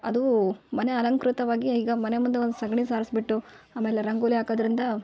ಅದು ಮನೆ ಅಲಂಕೃತವಾಗಿ ಈಗ ಮನೆ ಮುಂದೆ ಒಂದು ಸಗಣಿ ಸಾರ್ಸ್ಬಿಟ್ಟು ಆಮೇಲೆ ರಂಗೋಲಿ ಹಾಕೋದರಿಂದ